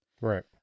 right